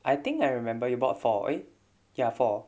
I think I remember you bought four eh ya four